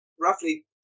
roughly